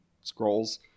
scrolls